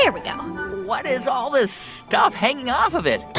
yeah we go what is all this stuff hanging off of it?